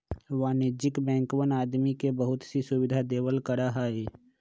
वाणिज्यिक बैंकवन आदमी के बहुत सी सुविधा देवल करा हई